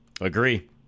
Agree